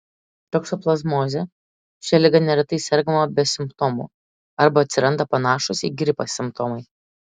toksoplazmozė šia liga neretai sergama be simptomų arba atsiranda panašūs į gripą simptomai